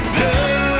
love